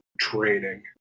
training